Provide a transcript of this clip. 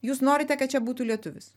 jūs norite kad čia būtų lietuvis